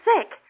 sick